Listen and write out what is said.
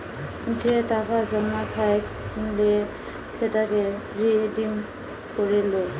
যে টাকা জমা থাইকলে সেটাকে রিডিম করে লো